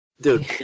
dude